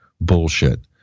bullshit